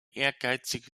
ehrgeizige